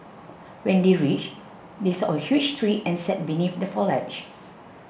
when they reached they saw a huge tree and sat beneath the foliage